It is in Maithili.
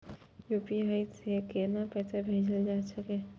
यू.पी.आई से केना पैसा भेजल जा छे?